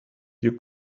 you